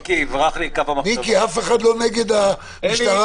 מיקי, אף אחד לא נגד המשטרה.